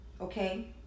okay